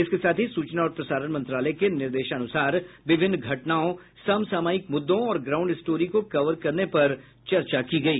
इसके साथ ही सूचना और प्रसारण मंत्रालय के निर्देशानुसार विभिन्न घटनाओं समसामयिक मुद्दों और ग्राउंड स्टोरी को कवर करने पर चर्चा की गयी